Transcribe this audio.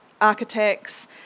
Architects